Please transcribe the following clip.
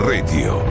Radio